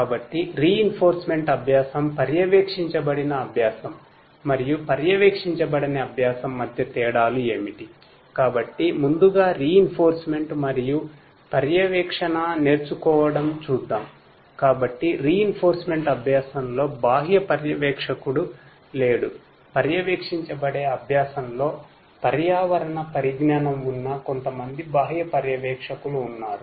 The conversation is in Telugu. కాబట్టి రీఇనెఫొరుస్మెంట్ అవసరం లేదు